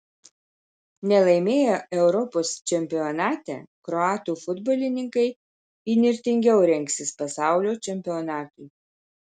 nelaimėję europos čempionate kroatų futbolininkai įnirtingiau rengsis pasaulio čempionatui